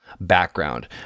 background